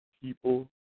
people